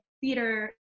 theater